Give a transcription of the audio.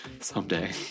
Someday